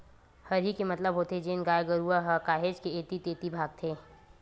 हरही के मतलब होथे जेन गाय गरु ह काहेच के ऐती तेती भागथे